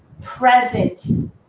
Present